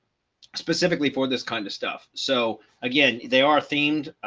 specifically for this kind of stuff. so again, they are themed,